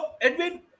Edwin